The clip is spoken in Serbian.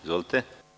Izvolite.